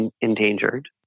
endangered